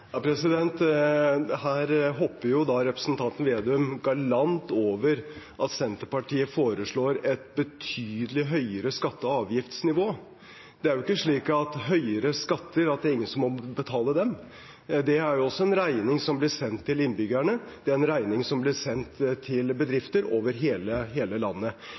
Her hopper representanten Vedum galant over at Senterpartiet foreslår et betydelig høyere skatte- og avgiftsnivå. Det er jo ikke slik med høyere skatter at ingen må betale dem. Det er også en regning som blir sendt til innbyggerne, det er en regning som blir sendt til bedrifter over hele landet.